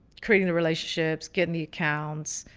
creating the relationships, getting the accounts,